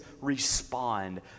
respond